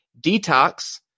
Detox